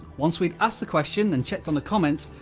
once we've asked the question and checked on the comments,